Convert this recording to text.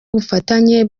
ubufatanye